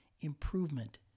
improvement